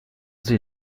sie